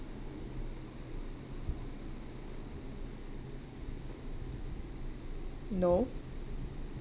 no